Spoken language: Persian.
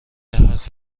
حرف